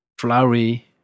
flowery